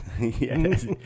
Yes